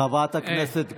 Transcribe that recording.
חברת הכנסת גוטליב,